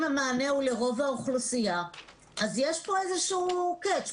אם המענה הוא לרוב האוכלוסייה אז יש פה איזה קטץ'.